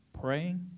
praying